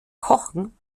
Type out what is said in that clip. kochen